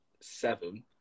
seven